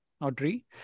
Audrey